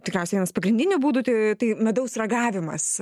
tikriausiai vienas pagrindinių būdų tai tai medaus ragavimas